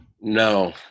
No